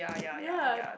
ya